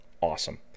awesome